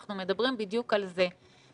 אנחנו מדברים בדיוק על זה.